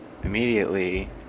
immediately